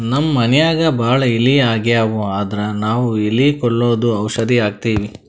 ನಮ್ಮ್ ಮನ್ಯಾಗ್ ಭಾಳ್ ಇಲಿ ಆಗಿವು ಅಂದ್ರ ನಾವ್ ಇಲಿ ಕೊಲ್ಲದು ಔಷಧ್ ಹಾಕ್ತಿವಿ